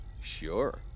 Sure